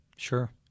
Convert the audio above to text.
Sure